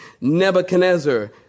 Nebuchadnezzar